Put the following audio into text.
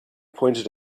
pointed